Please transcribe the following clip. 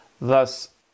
Thus